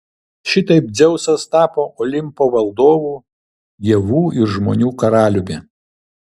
šitaip dzeusas tapo olimpo valdovu dievų ir žmonių karaliumi